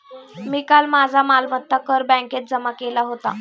मी काल माझा मालमत्ता कर बँकेत जमा केला होता